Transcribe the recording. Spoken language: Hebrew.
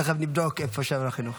תכף נבדוק איפה שר החינוך.